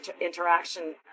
interaction